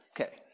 okay